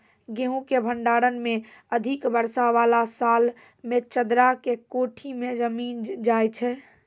गेहूँ के भंडारण मे अधिक वर्षा वाला साल मे चदरा के कोठी मे जमीन जाय छैय?